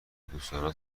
دوستانتو